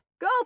go